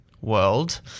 world